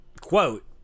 Quote